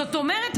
זאת אומרת,